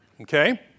Okay